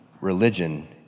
Religion